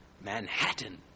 Manhattan